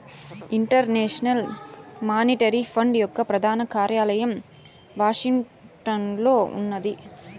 international monetary fund యొక్క ప్రధాన కార్యాలయం వాషింగ్టన్లో ఉన్నాది